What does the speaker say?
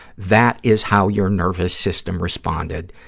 that is how your nervous system responded,